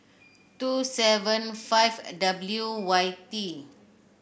two seven five W Y T